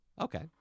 Okay